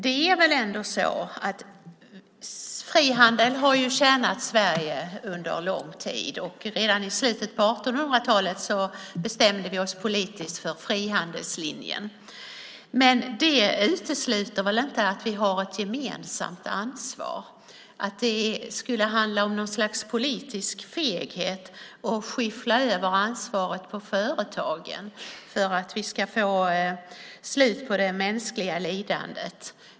Det är ändå så att frihandel har tjänat Sverige under lång tid. Redan i slutet av 1800-talet bestämde vi oss politiskt för frihandelslinjen. Men det utesluter väl inte att vi har ett gemensamt ansvar? Skulle det handla om något slags politisk feghet och om att skyffla över ansvaret på företagen för att vi ska få slut på det mänskliga lidandet?